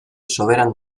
soberan